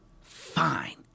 fine